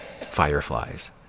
fireflies